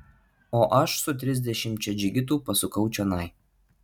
o aš su trisdešimčia džigitų pasukau čionai